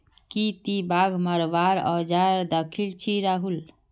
की ती बाघ मरवार औजार दखिल छि राहुल